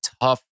tough